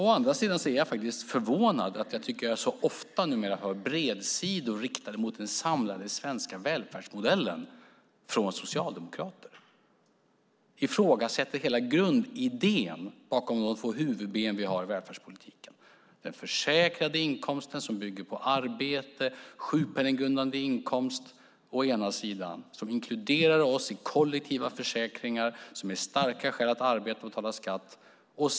Å andra sidan är jag förvånad över att jag så ofta hör bredsidor riktade mot den samlade svenska välfärdsmodellen från socialdemokrater. De ifrågasätter hela grundidén bakom huvudbenen i välfärdspolitiken, nämligen den försäkrade inkomsten som bygger på arbete. Det är sjukpenninggrundande inkomst å ena sidan, som inkluderas i kollektiva försäkringar som ger starka skäl att arbeta och betala skatt.